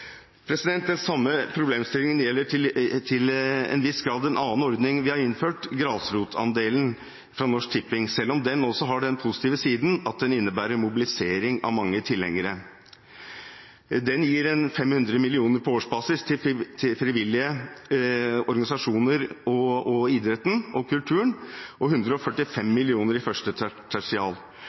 Den samme problemstillingen gjelder til en viss grad en annen ordning vi har innført, grasrotandelen fra Norsk Tipping, selv om den også har den positive siden at den innebærer mobilisering av mange tilhengere. Den gir 500 mill. kr på årsbasis til frivillige organisasjoner, idretten og kulturen og 145 mill. kr i